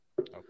Okay